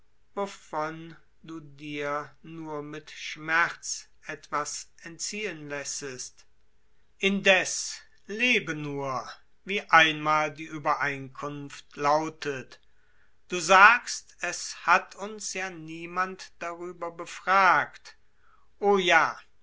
du dir mit schmerz etwas entziehen lässest indeß lebe nur wie einmal die uebereinkunft lautet du sagst es hat uns ja niemand darüber befragt o ja